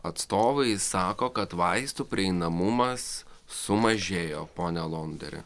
atstovai sako kad vaistų prieinamumas sumažėjo pone alonderi